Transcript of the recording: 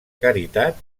caritat